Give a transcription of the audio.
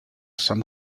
some